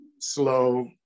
slow